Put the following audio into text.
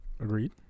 Agreed